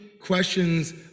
questions